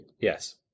Yes